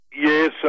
Yes